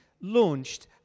launched